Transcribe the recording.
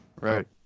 right